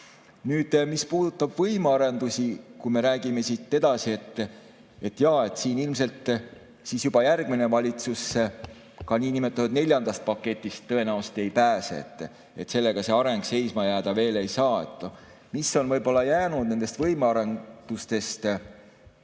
Nüüd, mis puudutab võimearendusi, kui me räägime siit edasi, siis siin ilmselt juba järgmine valitsus ka niinimetatud neljandast paketist tõenäoliselt ei pääse, sellega see areng seisma jääda veel ei saa. Mis on võib-olla jäänud nendest võimearendustest